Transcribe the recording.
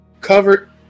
covered